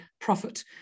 profit